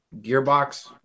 gearbox